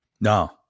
No